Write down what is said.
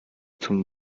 zum